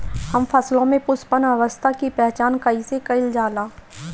हम फसलों में पुष्पन अवस्था की पहचान कईसे कईल जाला?